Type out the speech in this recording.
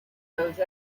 those